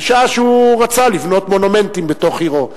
בשעה שהוא רצה לבנות מונומנטים בתוך עירו.